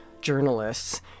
journalists